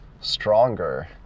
stronger